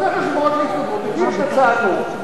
יושב-ראש ההסתדרות הביא את הצעתו,